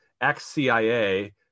ex-CIA